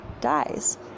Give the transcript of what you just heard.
dies